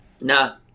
Nah